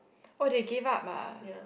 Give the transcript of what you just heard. oh they gave up ah